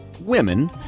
women